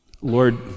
Lord